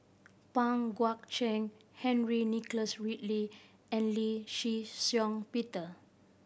Pang Guek Cheng Henry Nicholas Ridley and Lee Shih Shiong Peter